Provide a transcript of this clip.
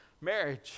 marriage